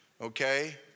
okay